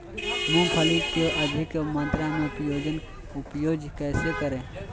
मूंगफली के अधिक मात्रा मे उपज कैसे करें?